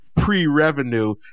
pre-revenue